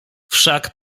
wszak